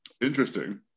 interesting